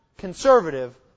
conservative